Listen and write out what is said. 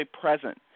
present